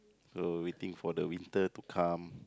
so waiting for the winter to come